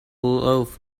loaf